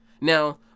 Now